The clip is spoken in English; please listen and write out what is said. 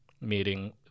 meeting